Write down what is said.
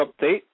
update